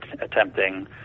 attempting